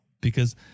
because-